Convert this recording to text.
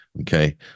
Okay